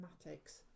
mathematics